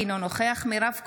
אינו נוכח מירב כהן,